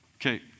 Okay